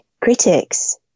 critics